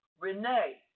Renee